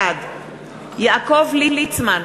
בעד יעקב ליצמן,